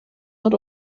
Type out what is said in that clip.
not